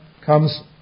comes